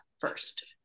first